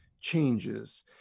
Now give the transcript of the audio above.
changes